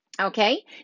Okay